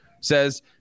says